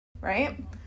right